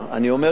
אני אומר את זה.